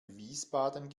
wiesbaden